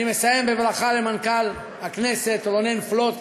אני מסיים בברכה למנכ"ל הכנסת רונן פלוט,